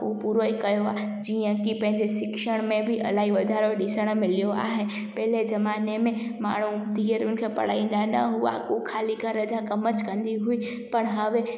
उहो पूरो ई कयो आहे जीअं की पंहिंजे शिक्षण में बि इलाही वधारो ॾिसणु मिलियो आहे पहिले ज़माने में माण्हू धीअरुनि खे पढ़ाईंदा न हुआ उहो ख़ाली हर ख़ाली घर जा कमु ज कंदी हुई पर हवे